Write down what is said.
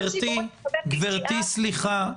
סליחה,